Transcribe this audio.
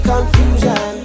Confusion